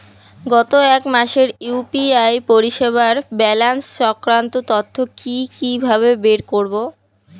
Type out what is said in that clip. গত এক মাসের ইউ.পি.আই পরিষেবার ব্যালান্স সংক্রান্ত তথ্য কি কিভাবে বের করব?